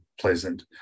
pleasant